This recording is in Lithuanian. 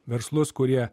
verslus kurie